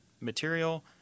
material